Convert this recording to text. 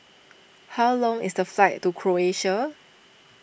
how long is the flight to Croatia